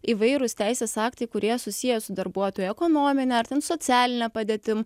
įvairūs teisės aktai kurie susiję su darbuotojų ekonomine ar ten socialine padėtim